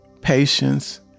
patience